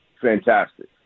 fantastic